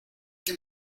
que